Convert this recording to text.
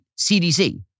CDC